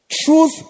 Truth